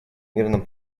мирном